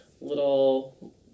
little